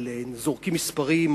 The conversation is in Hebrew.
זורקים מספרים,